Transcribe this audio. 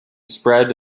spread